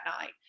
night